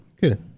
Good